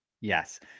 Yes